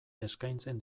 eskaintzen